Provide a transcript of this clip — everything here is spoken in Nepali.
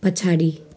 पछाडि